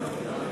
חברי הכנסת,